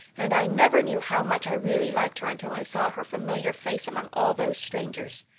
and i never knew how much i really liked her until i saw her familiar face among all those strangers.